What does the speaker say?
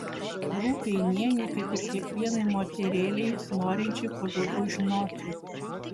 rūpi einienei kaip ir kiekvienai moterėlei norinčiai kuo daugiau žinoti